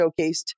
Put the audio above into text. showcased